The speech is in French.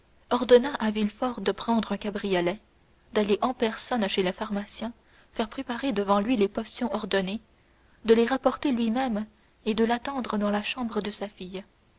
ordonna à villefort de prendre un cabriolet d'aller en personne chez le pharmacien faire préparer devant lui les potions ordonnées de les rapporter lui-même et de l'attendre dans la chambre de sa fille